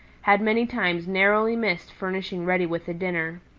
had many times narrowly missed furnishing reddy with a dinner.